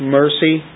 mercy